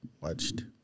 watched